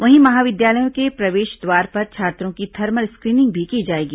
वहीं महाविद्यालयों के प्रवेश द्वार पर छात्रों की थर्मल स्क्रीनिंग भी की जाएगी